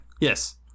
yes